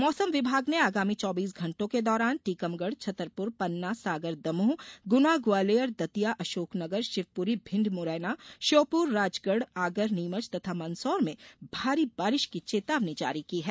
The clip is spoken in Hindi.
मौसम विभाग ने आगामी चौबीस घंटों के दौरान टीकमगढ छतरपुर पन्ना सागर दमोह गुना ग्वालियर दतिया अशोकनगर शिवपुरी भिंड मुरैना श्योपुर राजगढ आगर नीमच तथा मंदसौर में भारी बारिश की चेतावनी जारी की है